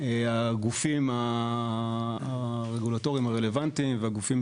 הגופים הרגולטורים הרלוונטיים והגופים